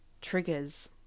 triggers